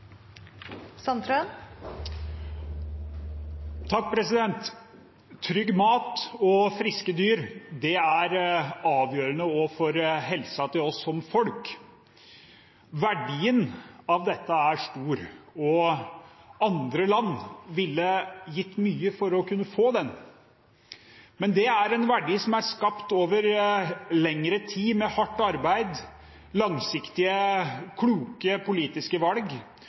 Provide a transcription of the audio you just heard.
Trygg mat og friske dyr er avgjørende også for helsen til folk. Verdien av dette er stor, og andre land ville gitt mye for å kunne få den, men det er en verdi som er skapt over lengre tid, med hardt arbeid, langsiktige, kloke politiske